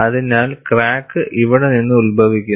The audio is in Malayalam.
അതിനാൽ ക്രാക്ക് ഇവിടെ നിന്ന് ഉത്ഭവിക്കുന്നു